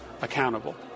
accountable